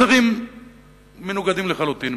מסרים מנוגדים לחלוטין,